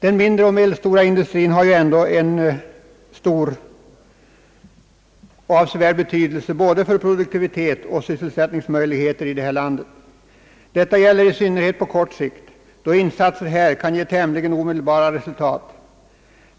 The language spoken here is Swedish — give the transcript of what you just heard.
Den mindre och medelstora industrin har dock en avsevärd betydelse både för produktiviteten och sysselsättningsmöjligheterna här i landet — det gäller i synnerhet på kort sikt, då insatser här kan ge tämligen omedelbara resultat.